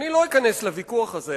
אני לא אכנס לוויכוח הזה,